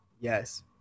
yes